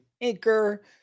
anchor